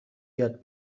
یاد